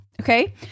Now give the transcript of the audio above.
Okay